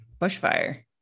bushfire